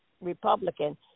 Republican